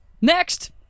Next